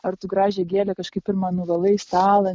ar tu gražią gėlę kažkaip pirma nuvalai stalą